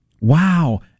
Wow